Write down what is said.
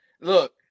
Look